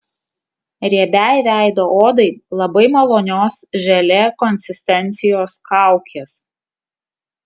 riebiai veido odai labai malonios želė konsistencijos kaukės